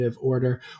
order